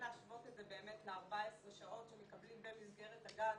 להשוות את זה באמת ל-14 שעות שמקבלים במסגרת הגן